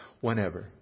whenever